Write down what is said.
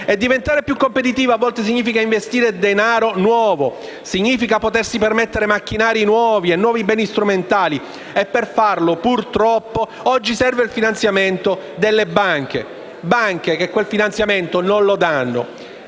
Diventare più competitiva a volte significa investire denaro nuovo, significa potersi permettere macchinari nuovi e nuovi beni strumentali, e per farlo, purtroppo, oggi serve il finanziamento delle banche. Banche che quel finanziamento non lo danno.